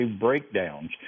breakdowns